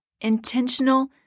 intentional